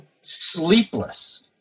sleepless